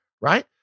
Right